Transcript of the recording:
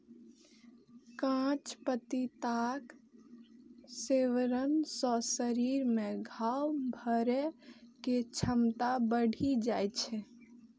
कांच पपीताक सेवन सं शरीर मे घाव भरै के क्षमता बढ़ि जाइ छै